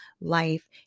life